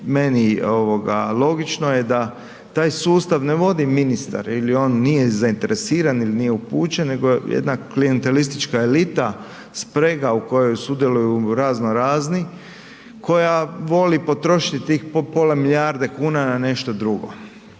meni logično je da taj sustav ne vodi ministar ili on nije zainteresiran ili nije upućen nego jedna klijentelistička elita, sprega u kojoj sudjeluju razno razni, koja voli potrošiti tih pola milijarde kuna na nešto drugo.